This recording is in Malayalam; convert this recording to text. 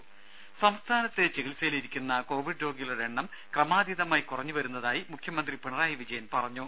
ദേദ സംസ്ഥാനത്ത് ചികിത്സയിലിരിക്കുന്ന കോവിഡ് രോഗികളുടെ എണ്ണം ക്രമാതീതമായി കുറഞ്ഞുവരുന്നതായി മുഖ്യമന്ത്രി പിണറായി വിജയൻ പറഞ്ഞു